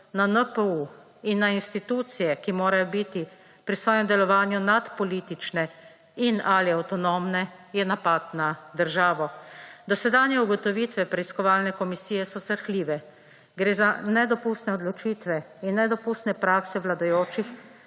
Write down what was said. na NPU in na institucije, ki morajo biti pri svojem delovanju nadpolitične in/ali avtonomne, je napad na državo. Dosedanje ugotovitve preiskovalne komisije so srhljive. Gre za nedopustne odločitve in nedopustne prakse vladajočih,